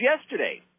yesterday